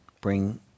bring